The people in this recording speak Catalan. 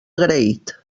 agraït